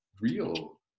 real